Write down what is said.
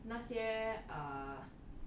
like 那些 err